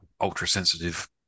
ultra-sensitive